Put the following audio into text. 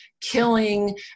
killing